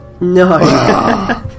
No